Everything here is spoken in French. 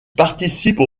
participent